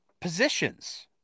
positions